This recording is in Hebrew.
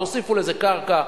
תוסיפו לזה קרקע,